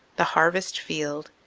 the harvest field,